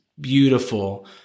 Beautiful